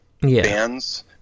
bands